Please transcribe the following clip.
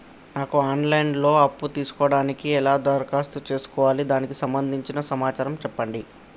నాకు online లో అప్పు తీసుకోవడానికి ఎలా దరఖాస్తు చేసుకోవాలి దానికి సంబంధించిన సమాచారం చెప్పండి?